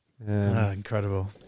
Incredible